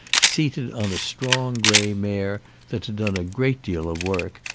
seated on a strong grey mare that had done a great deal of work,